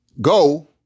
Go